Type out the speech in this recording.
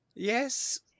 Yes